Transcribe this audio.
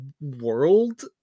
world